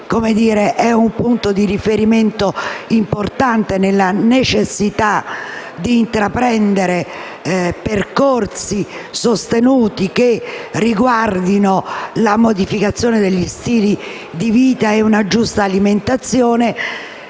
un punto di riferimento importante nella necessità di intraprendere percorsi sostenuti che riguardino la modificazione degli stili di vita e una giusta alimentazione.